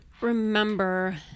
remember